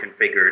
configured